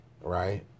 right